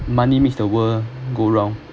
money makes the world go round